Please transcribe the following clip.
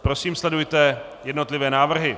Prosím, sledujte jednotlivé návrhy.